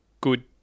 good